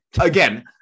again